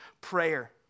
Prayer